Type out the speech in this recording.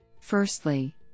Firstly